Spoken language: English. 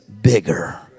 bigger